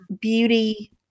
beauty